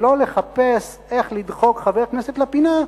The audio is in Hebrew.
ולא לחפש איך לדחוק חבר כנסת לפינה,